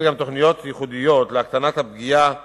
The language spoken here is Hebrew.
ייחודיות להקטנת הפגיעה